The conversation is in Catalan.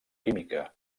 química